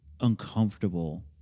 uncomfortable